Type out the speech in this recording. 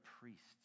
priests